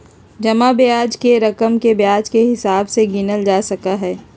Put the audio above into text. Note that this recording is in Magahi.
जमा ब्याज के रकम के ब्याज के हिसाब से गिनल जा सका हई